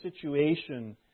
situation